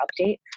update